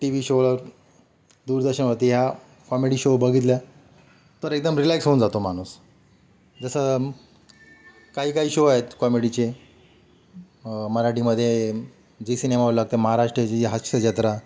T V शोलाव दूरदर्शनवरती ह्या कॉमेडी शो बघितल्या तर एकदम रिलॅक्स होऊन जातो माणूस जसं काही काही शो आहेत कॉमेडीचे मराठीमध्ये झी सिनेमावर लागते महाराष्ट्राची हास्यजत्रा